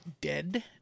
dead